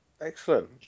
Excellent